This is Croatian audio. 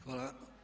Hvala.